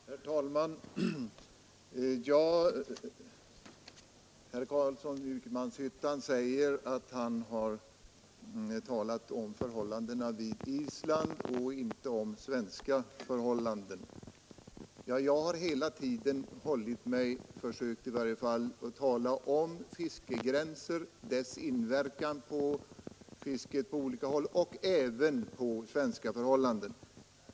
Herr talman! Nu säger herr Carlsson i Vikmanshyttan att han har talat om förhållandena för Island och inte om svenska förhållanden. Jag har hela tiden i varje fall försökt att tala om fiskegränser och deras inverkan på fisket på olika håll ävensom på svenska förhållanden.